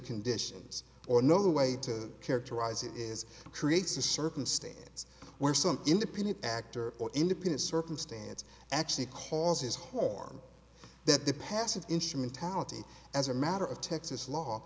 conditions or no the way to characterize it is creates a circumstance where some independent actor or independent circumstance actually causes horn that the passive instrumentality as a matter of texas law